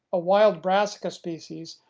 a wild brassica species,